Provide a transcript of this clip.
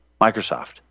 Microsoft